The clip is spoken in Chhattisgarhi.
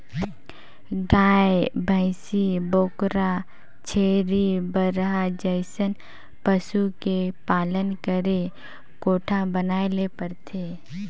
गाय, भइसी, बोकरा, छेरी, बरहा जइसन पसु के पालन करे कोठा बनाये ले परथे